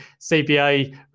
cba